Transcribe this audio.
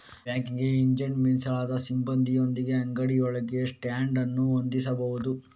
banking agent ಮೀಸಲಾದ ಸಿಬ್ಬಂದಿಯೊಂದಿಗೆ ಅಂಗಡಿಯೊಳಗೆ ಸ್ಟ್ಯಾಂಡ್ ಅನ್ನು ಹೊಂದಿಸಬಹುದು